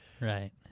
Right